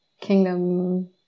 kingdom